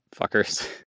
fuckers